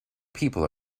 people